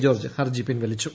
George ഹർജി പൻവലിച്ചു